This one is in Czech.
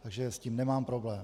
Takže s tím nemám problém.